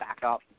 backup